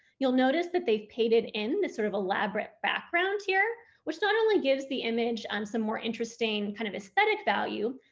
you'll notice that they've painted in this sort of elaborate background here, which not only gives the image on some more interesting kind of aesthetic value,